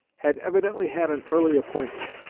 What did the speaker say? had evidently had an early appointment,